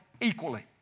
equally